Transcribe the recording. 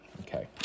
Okay